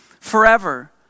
forever